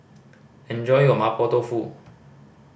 enjoy your Mapo Tofu